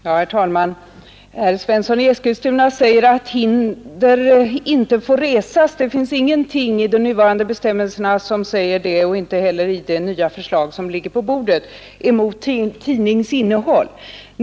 Herr talman! Herr Svensson i Eskilstuna säger med anledning av tryckfrihetsförordningens bestämmelser att hinder inte får resas mot tidning på grund av denna tidnings innehåll, att det inte finns någonting i de nuvarande bestämmelserna och inte heller i det nya förslag som ligger på bordet som innebär sådant hinder.